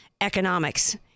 economics